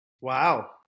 Wow